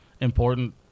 important